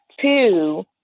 two